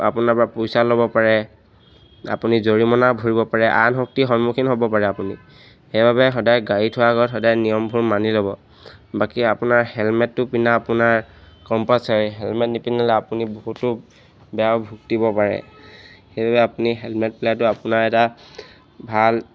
আপোনাৰ পৰা পইচা ল'ব পাৰে আপুনি জৰিমনা ভৰিব পাৰে আইন শক্তিৰ সন্মুখীন হ'ব পাৰে আপুনি সেইবাবে সদায় গাড়ী থোৱা আগত সদায় নিয়মবোৰ মানি ল'ব বাকী আপোনাৰ হেলমেটটো পিন্ধা আপোনাৰ কম্পালচাৰী হেলমেট নিপিনিলে আপুনি বহুতো বেয়াও ভুগিব পাৰে সেইবাবে আপুনি হেলমেট পেলাইতো আপোনাৰ এটা ভাল